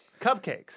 Cupcakes